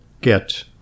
get